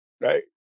Right